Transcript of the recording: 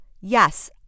yes